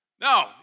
No